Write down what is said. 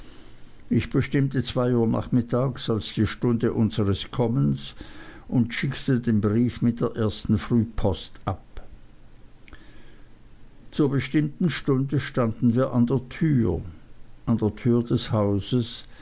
ich bestimmte zwei uhr nach mittags als die stunde unseres kommens und schickte den brief mit der ersten frühpost ab zur bestimmten stunde standen wir an der tür an der tür des hauses